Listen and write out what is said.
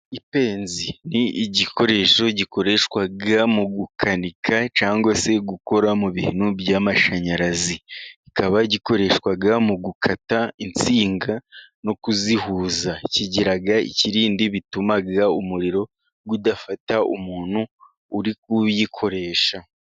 Ipensi ni igikoresho gikoreshwa mu gukanika cyangwa se gukora mu bintu by'amashanyarazi, kikaba gikoreshwa mu gukata insinga no kuzihuza, kigira ikirindi gituma umuriro udafata umuntu uri kuyikoresha.